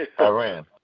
Iran